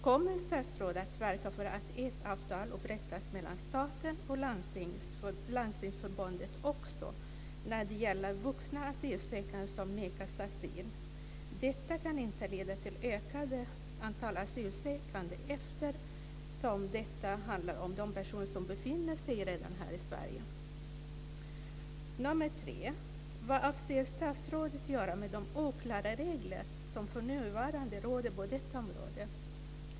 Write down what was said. Kommer statsrådet att verka för att ett avtal upprättas mellan staten och Landstingsförbundet också när det gäller vuxna asylsökande som nekats asyl? Detta kan inte leda till ökat antal asylsökande eftersom det handlar om de personer som redan befinner sig i Sverige. 3. Vad avser statsrådet att göra med de oklara regler som för närvarande råder på detta område?